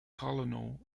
colonel